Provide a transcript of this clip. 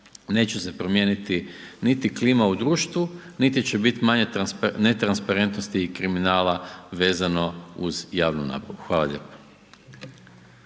neće se promijeniti niti klima u društvu, niti će biti manje netransparentnosti i kriminala vezano uz javnu nabavu. Hvala lijepo.